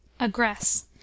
aggress